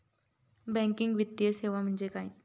Banking वित्तीय सेवा म्हणजे काय?